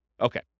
Okay